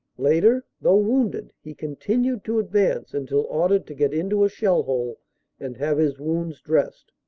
later, though wounded, he continued to advance until ordered to get into a shell-hole and have his wounds dressed.